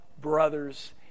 brothers